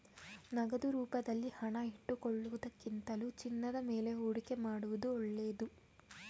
ನಗದು ರೂಪದಲ್ಲಿ ಹಣ ಇಟ್ಟುಕೊಳ್ಳುವುದಕ್ಕಿಂತಲೂ ಚಿನ್ನದ ಮೇಲೆ ಹೂಡಿಕೆ ಮಾಡುವುದು ಒಳ್ಳೆದು